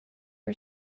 are